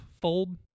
fold